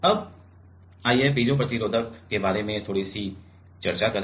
अब आइए पीजो प्रतिरोधक के बारे में थोड़ी चर्चा करें